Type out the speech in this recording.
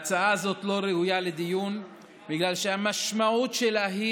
ההצעה הזאת לא ראויה לדיון, בגלל שהמשמעות שלה,